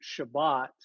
Shabbat